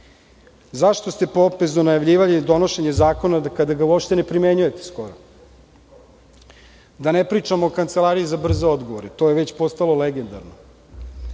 Zašto ste pompezno najavljivali donošenje zakona kada ga uopšte skoro ne primenjujete? Da ne pričamo o kancelariji za brze odgovore. To je već postalo legendarno.